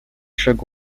chaque